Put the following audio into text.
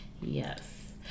Yes